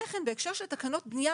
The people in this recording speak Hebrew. בהקשר תקנות הבנייה